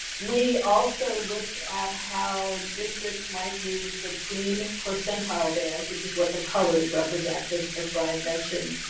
we also looked at how districts might move between percentile bands. which is what the colors represent. as as brian mentioned.